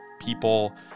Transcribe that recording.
people